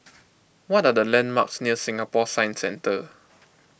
what are the landmarks near Singapore Science Centre